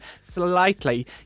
slightly